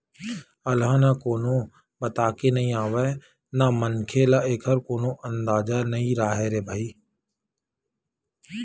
अलहन ह कोनो बताके नइ आवय न मनखे ल एखर कोनो अंदाजा नइ राहय रे भई